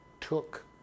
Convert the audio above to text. took